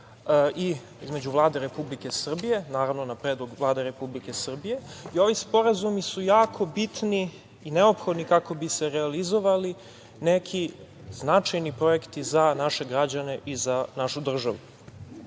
i Vlade Republike Srbije, naravno na predlog Vlade Republike Srbije. Ovi sporazumi su jako bitni i neophodni kako bi se realizovali neki značajni projekti za naše građane i za našu